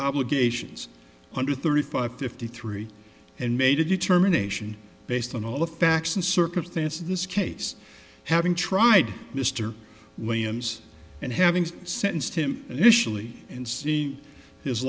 obligations under thirty five fifty three and made a determination based on all the facts and circumstances this case having tried mr williams and having sentenced him initially and see his